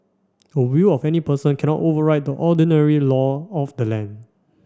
a will of any person cannot override the ordinary law of the land